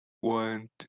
One